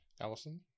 Allison